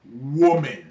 woman